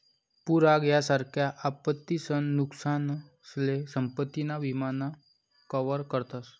पूर आग यासारख्या आपत्तीसन नुकसानसले संपत्ती ना विमा मा कवर करतस